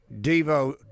Devo